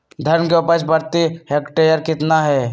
धान की उपज प्रति हेक्टेयर कितना है?